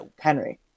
Henry